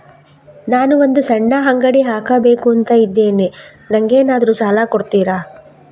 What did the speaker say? ನಾನು ಒಂದು ಸಣ್ಣ ಅಂಗಡಿ ಹಾಕಬೇಕುಂತ ಇದ್ದೇನೆ ನಂಗೇನಾದ್ರು ಸಾಲ ಕೊಡ್ತೀರಾ?